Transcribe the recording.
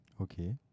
Okay